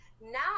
Now